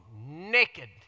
naked